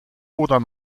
oder